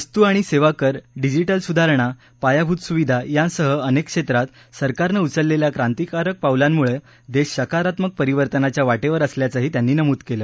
वस्तू आणि सेवाकर डिजिटल सुधारणा पायाभूत सुविधा यासह अनेक क्षेत्रात सरकारनं उचलेल्या क्रांतीकारक पावलांमुळे देश सकारात्मक परिवर्तनाच्या वाटेवर असल्याचंही त्यांनी नमूद केलं